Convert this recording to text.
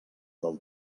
del